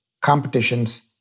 competitions